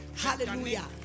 Hallelujah